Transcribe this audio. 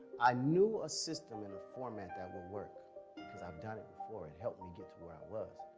i knew a system in a format that would work because i've done it before and helped me get to where i was,